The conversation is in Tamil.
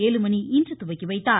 வேலுமணி இன்று துவக்கி வைத்தார்